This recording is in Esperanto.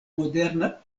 moderna